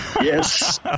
Yes